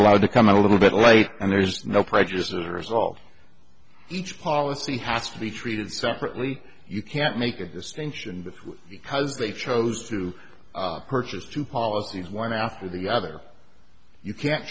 allowed to come a little bit late and there's no prejudice as a result each policy has to be treated separately you can't make a distinction because they chose to purchase two policies one after the other you can't